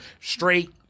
straight